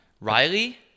Riley